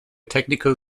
technical